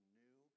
new